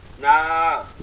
Nah